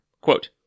Quote